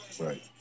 Right